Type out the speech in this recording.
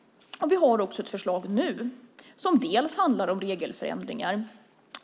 Vi har också ett förslag nu som handlar om regelförändringar.